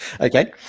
Okay